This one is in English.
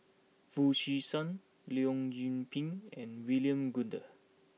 Foo Chee San Leong Yoon Pin and William Goode